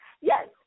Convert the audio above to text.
yes